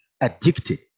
addicted